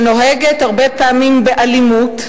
שנוהגת הרבה פעמים באלימות,